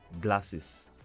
glasses